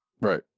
Right